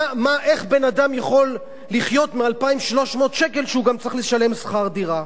איך בן-אדם יכול לחיות מ-2,300 שקל כשהוא גם צריך לשלם שכר דירה?